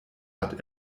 hat